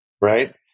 right